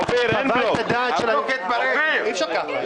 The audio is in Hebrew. אי-אפשר ככה,